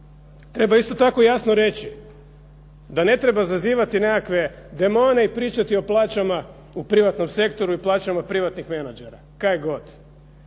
Treba isto tako jasno reći da ne treba zazivati nekakve demone i pričati o plaćama u privatnom sektoru i plaćama privatnih menadžera. Kaj god.